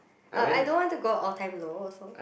uh I don't want to go all-time-low also